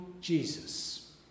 Jesus